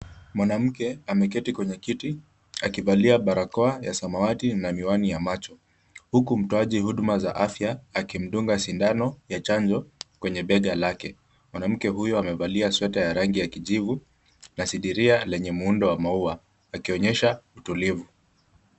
Mwanamke ameketi kwenye kiti akivalia barakoa ya samawati na miwani ya macho huku mtoaji huduma za afya akimdunga sindano ya chanjo kwenye bega lake. Mwanamke huyu amevalia sweta ya rangi ya kijivu na sidiria lenye muundo wa maua akionyesha utulivu.